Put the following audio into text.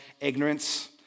ignorance